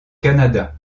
canada